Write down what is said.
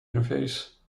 interface